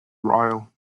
royal